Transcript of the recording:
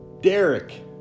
Derek